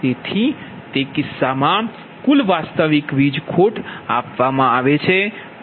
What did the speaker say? તેથી તે કિસ્સામાં કુલ વાસ્તવિક વીજ ખોટ આપવામાં આવે છે